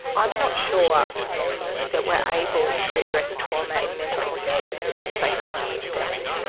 i'm not sure that we are able to address trauma in mental health services as they currently stand,